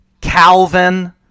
Calvin